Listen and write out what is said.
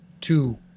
two